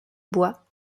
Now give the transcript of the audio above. bois